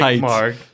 Mark